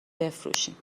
بفروشیم